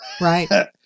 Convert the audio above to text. right